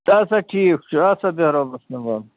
اَدِ سا ٹھیٖک چھُ اَدٕ سا بیٚہہ رۅبَس حَوال